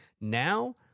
now